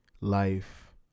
life